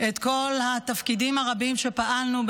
את כל התפקידים הרבים שפעלנו,